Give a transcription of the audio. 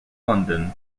london